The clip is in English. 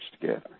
together